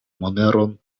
moneron